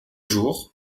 jours